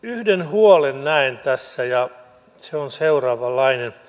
yhden huolen näen tässä ja se on seuraavanlainen